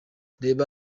reba